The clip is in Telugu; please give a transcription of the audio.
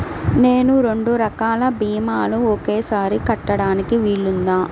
నేను రెండు రకాల భీమాలు ఒకేసారి కట్టడానికి వీలుందా?